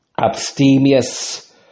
abstemious